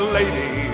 lady